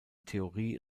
theorie